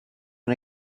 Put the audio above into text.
she